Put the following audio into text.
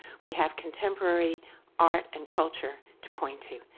we have contemporary art and culture to point to.